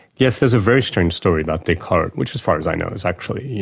yes, there's a very strange story about descartes which as far as i know is actually,